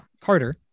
Carter